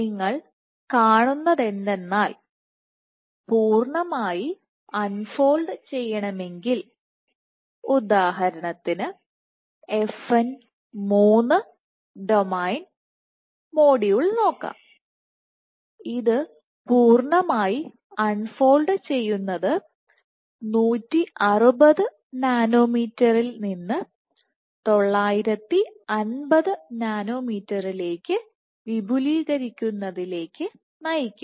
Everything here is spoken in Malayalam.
നിങ്ങൾ കാണുന്നതെന്തെന്നാൽ പൂർണ്ണമായി അൺ ഫോൾഡ് ചെയ്യണമെങ്കിൽ ഉദാഹരണത്തിന് ഡൊമെയ്ൻ മൊഡ്യൂൾ നോക്കാം ഇത് പൂർണ്ണമായി അൺ ഫോൾഡ് ചെയ്യുന്നത് 160 നാനോമീറ്ററിൽ നിന്ന് 950 നാനോമീറ്ററിലേക്ക് വിപുലീകരിക്കുന്നതിലേക്ക് നയിക്കും